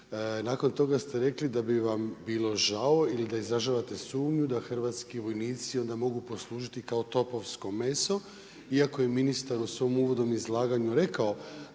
Nakon toga ste rekli da bi vam bilo žao ili da izražavate sumnju da hrvatski vojnici onda mogu poslužiti kao topovsko meso iako je ministar u svom uvodnom izlaganju rekao